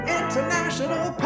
international